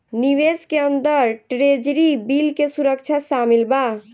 निवेश के अंदर ट्रेजरी बिल के सुरक्षा शामिल बा